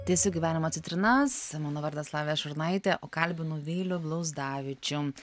tęsiu gyvenimo citrinas ir mano vardas lavija šurnaitė o kalbinu vylių blauzdavičių